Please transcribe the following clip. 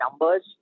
numbers